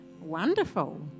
Wonderful